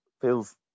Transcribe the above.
feels